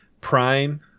Prime